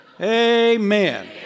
Amen